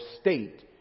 state